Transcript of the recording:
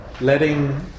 letting